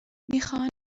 میخوان